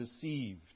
deceived